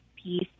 piece